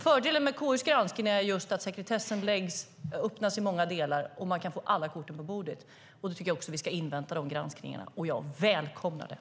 Fördelen med KU:s granskning är just att sekretessen öppnas i många delar och att man kan få alla korten på bordet. Jag tycker att vi ska invänta granskningen, och jag välkomnar den.